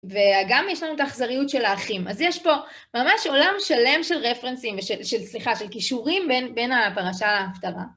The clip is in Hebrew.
וגם יש לנו את האכזריות של האחים. אז יש פה ממש עולם שלם של רפרנסים, של סליחה, של קישורים בין הפרשה להפטרה.